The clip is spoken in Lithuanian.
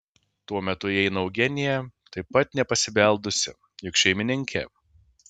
tuo metu įeina eugenija taip pat nepasibeldusi juk šeimininkė